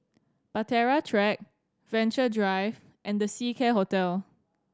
Bahtera Track Venture Drive and The Seacare Hotel